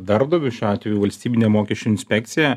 darbdaviu šiuo atveju valstybine mokesčių inspekcija